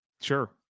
Sure